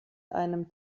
einem